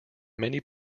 many